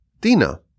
Dina